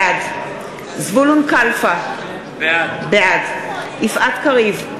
בעד זבולון קלפה, בעד יפעת קריב,